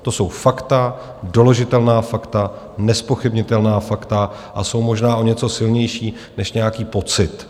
To jsou fakta, doložitelná fakta, nezpochybnitelná fakta a jsou možná o něco silnější než nějaký pocit.